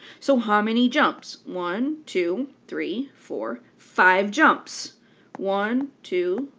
so how many jumps one two three four five jumps one, two,